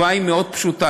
התשובה היא מאוד פשוטה.